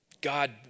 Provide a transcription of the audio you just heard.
God